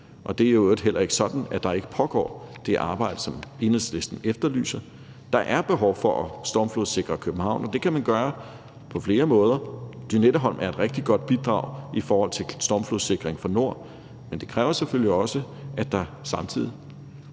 og det er i øvrigt heller ikke sådan, at der ikke pågår det arbejde, som Enhedslisten efterlyser. Der er behov for at stormflodssikre København, og det kan man gøre på flere måder. Lynetteholm er et rigtig godt bidrag i forhold til stormflodssikring fra nord, men det kræver selvfølgelig også, at der samtidig